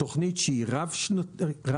תוכנית שהיא רב שנתית,